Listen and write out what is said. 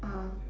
uh